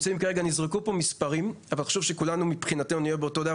נזרקו פה מספרים, אבל חשוב שכולנו נהיה באותו דף.